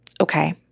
okay